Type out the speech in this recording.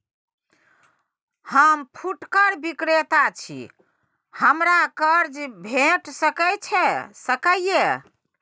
हम फुटकर विक्रेता छी, हमरा कर्ज भेट सकै ये?